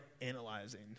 analyzing